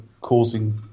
causing